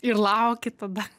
ir lauki tada